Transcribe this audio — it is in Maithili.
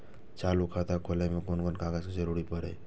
चालु खाता खोलय में कोन कोन कागज के जरूरी परैय?